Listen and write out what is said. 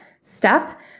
step